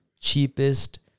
cheapest